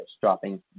dropping